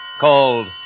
called